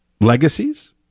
legacies